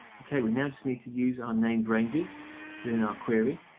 okay, we now just need to use our named ranges within our query.